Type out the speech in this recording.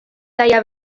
gaia